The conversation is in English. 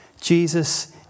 Jesus